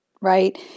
right